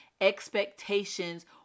expectations